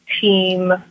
team